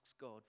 God